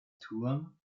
turm